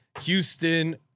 Houston